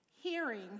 Hearing